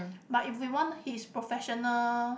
but if we want his professional